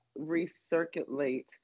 recirculate